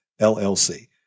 LLC